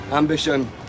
Ambition